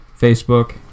Facebook